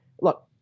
look